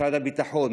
משרד הביטחון,